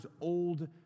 old